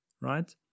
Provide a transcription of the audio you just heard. right